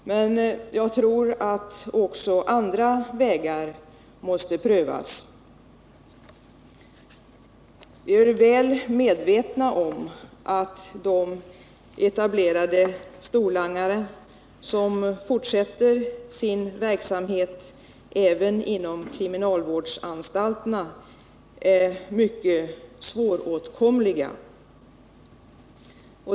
Men jag tror att också andra vägar måste prövas. Vi är väl medvetna om att de etablerade storlangare som fortsätter sin verksamhet även inom kriminalvårdsanstalterna är mycket svåråtkomliga.